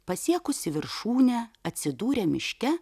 pasiekusi viršūnę atsidūrė miške